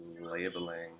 labeling